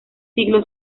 siglo